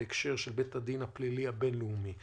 בהקשר של בית הדין הפלילי הבין-לאומי.